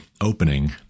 opening